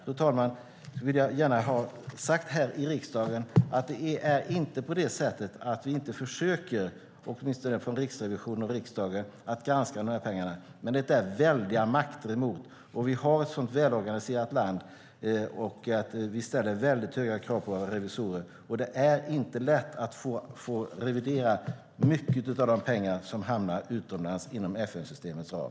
Jag vill med detta gärna ha sagt i riksdagen att det inte är så att vi inte försöker, åtminstone från Riksrevisionen och riksdagen, att granska dessa pengar, men det är väldiga makter som står emot. Vi har ett sådant välorganiserat land, och vi ställer höga krav på våra revisorer. Det är inte lätt att få revidera de pengar som hamnar utomlands inom FN-systemets ram.